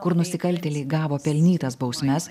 kur nusikaltėliai gavo pelnytas bausmes